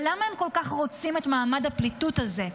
ולמה הם כל כך רוצים את מעמד הפליטות הזה,